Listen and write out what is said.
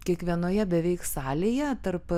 kiekvienoje beveik salėje tarp